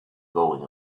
going